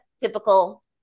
typical